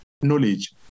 knowledge